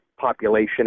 population